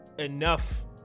enough